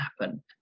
happen